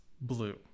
Blue